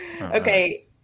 Okay